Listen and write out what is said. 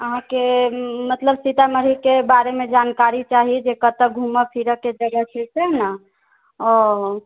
अहाँके मतलब सीतामढ़ीके बारेमे जानकारी चाही जे कत्तऽ घूमऽ फिरऽके जगह छै सैह नऽ ओऽऽ